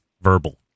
verbal